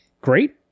great